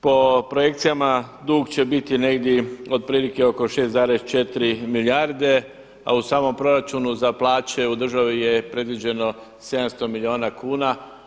Po projekcijama dug će biti negdje otprilike oko 6,4 milijarde, a u samom proračunu za plaće u državi je predviđeno 700 milijuna kuna.